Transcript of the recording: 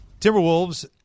Timberwolves